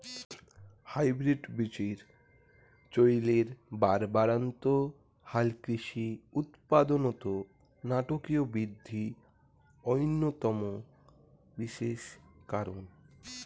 hybrid বীচির চইলের বাড়বাড়ন্ত হালকৃষি উৎপাদনত নাটকীয় বিদ্ধি অইন্যতম বিশেষ কারণ